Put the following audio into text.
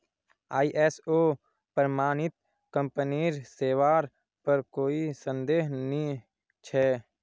ISO प्रमाणित कंपनीर सेवार पर कोई संदेह नइ छ